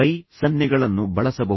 ಕೈ ಸನ್ನೆಗಳನ್ನು ಬಳಸಬಹುದು